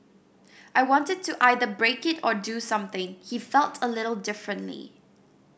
I wanted to either break it or do something he felt a little differently